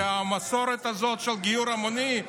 והמסורת הזאת של גיור המוני,